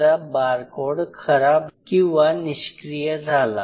चा बारकोड खराब किंवा निष्क्रिय झाला